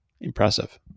Impressive